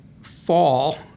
fall—